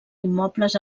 immobles